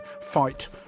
fight